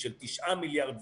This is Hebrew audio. של תשעה מיליארד וכו',